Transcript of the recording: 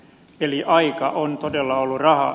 eli aika on todella ollut rahaa